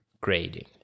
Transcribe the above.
grading